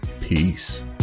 Peace